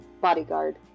bodyguard